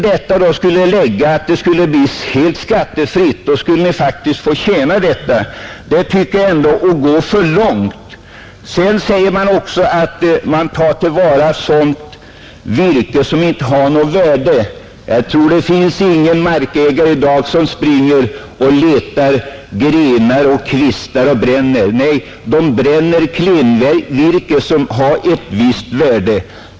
Om man därtill skulle lägga att detta blev helt skattefritt, skulle de faktiskt förtjäna hela denna kostnad, plus fällning av veden, och det tycker jag är att gå för långt. Det sägs att man tar till vara sådant virke som inte har något värde, men jag tror inte det finns någon markägare som i dag springer och samlar pinnar och kvistar för att använda som bränsle. Nej, de bränner klenvirke, som har ett visst värde.